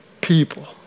people